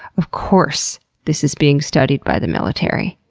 of course this is being studied by the military.